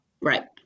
Right